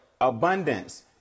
abundance